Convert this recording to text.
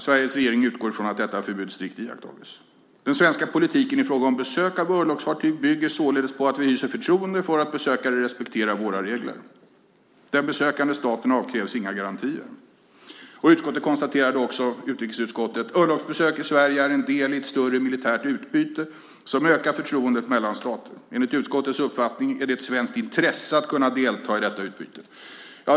Sveriges regering utgår från att detta förbud strikt iakttas. Den svenska politiken i fråga om besök av örlogsfartyg bygger således på att vi hyser förtroende för att besökare respekterar våra regler. Den besökande staten avkrävs inga garantier. Utrikesutskottet konstaterade också att örlogsbesök i Sverige är en del i ett större militärt utbyte som ökar förtroendet mellan staterna. Enligt utskottets uppfattning är det ett svenskt intresse att kunna delta i detta utbyte.